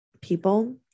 people